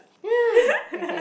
okay